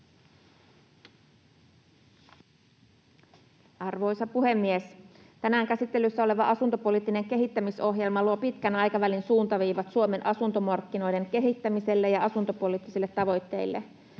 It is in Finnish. Arvoisa puhemies! Tänään käsittelyssä oleva asuntopoliittinen kehittämisohjelma luo pitkän aikavälin suuntaviivat Suomen asuntomarkkinoiden kehittämiselle ja asuntopoliittisille tavoitteille.